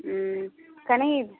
కనీ